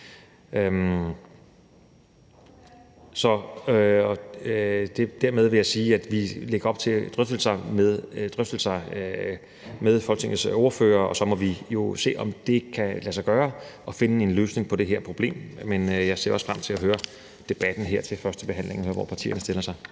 Dermed vil jeg sige, at vi lægger op til drøftelser med Folketingets ordførere, og så må vi jo se, om det kan lade sig gøre at finde en løsning på det her problem. Men jeg ser også frem til at høre debatten her ved førstebehandlingen om, hvordan partierne stiller sig.